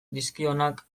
dizkionak